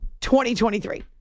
2023